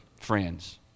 friends